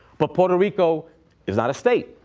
but puerto rico is not a state,